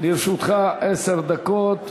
לרשותך עשר דקות.